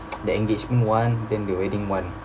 the engagement one then the wedding one